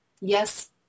yes